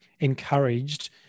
encouraged